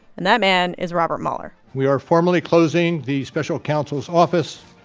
and that man is robert mueller we are formally closing the special counsel's office,